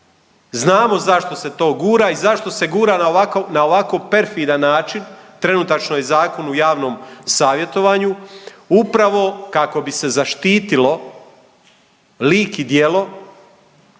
Znamo zašto se to gura i zašto se gura na ovakav, na ovako perfidan način, trenutačno je zakon u javnom savjetovanju, upravo kako bi se zaštitilo lik i djelo